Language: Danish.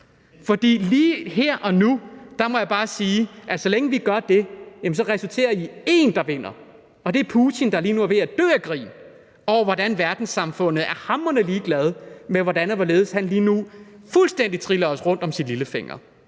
For lige her og nu må jeg bare sige, at så længe vi gør det, resulterer det i, at der er en, der vinder, og det er Putin, der lige nu er ved at dø af grin over, hvordan verdenssamfundet er hamrende ligeglad med, hvordan og hvorledes han lige nu fuldstændig snor os rundt om sin lillefinger.